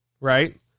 right